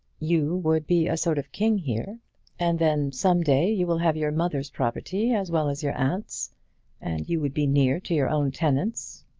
you would be a sort of king here and then, some day, you will have your mother's property as well as your aunt's and you would be near to your own tenants.